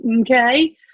Okay